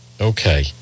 Okay